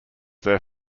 their